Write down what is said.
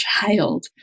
child